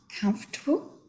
comfortable